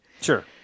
Sure